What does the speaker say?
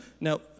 Now